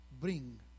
Bring